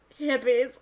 hippies